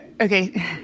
Okay